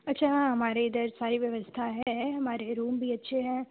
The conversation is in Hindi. अच्छा हाँ हमारे इधर सारी व्यवस्था है हमारे रूम भी अच्छे हैं